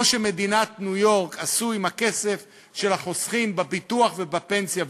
שמדינת ניו-יורק עשו עם הכסף של החוסכים בביטוח ובפנסיה,